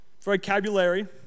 vocabulary